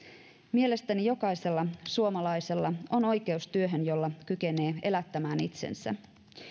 mielestäni jokaisella suomalaisella on oikeus työhön jolla kykenee elättämään itsensä